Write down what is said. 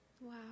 Wow